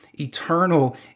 eternal